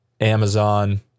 Amazon